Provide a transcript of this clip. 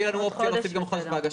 שתהיה לנו אופציה להוסיף גם חודש בהגשה.